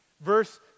Verse